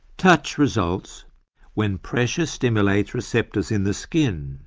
touch results when pressure stimulates receptors in the skin.